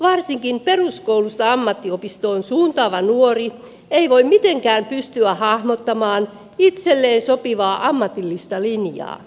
varsinkin peruskoulusta ammattiopistoon suuntaava nuori ei voi mitenkään pystyä hahmottamaan itselleen sopivaa ammatillista linjaa